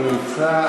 לא נמצא,